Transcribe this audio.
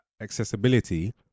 accessibility